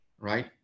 right